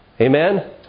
Amen